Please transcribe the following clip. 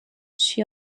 she